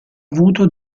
avuto